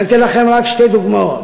ואתן לכם רק שתי דוגמאות.